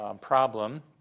problem